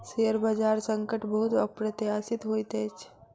share बजार संकट बहुत अप्रत्याशित होइत अछि